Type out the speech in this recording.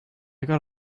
got